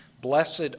Blessed